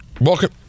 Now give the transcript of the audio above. Welcome